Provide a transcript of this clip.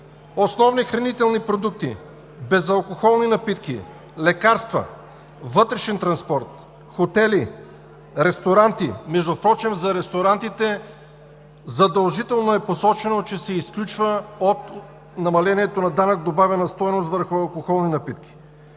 основни хранителни продукти, безалкохолни напитки, лекарства, вътрешен транспорт, хотели, ресторанти. Впрочем за ресторантите задължително е посочено, че се изключва от намалението данък добавена стойност върху алкохолни напитки,